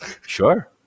Sure